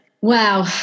Wow